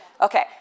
Okay